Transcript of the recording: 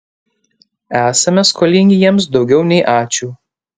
esame skolingi jiems daugiau nei ačiū